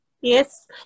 Yes